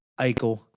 Eichel